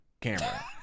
camera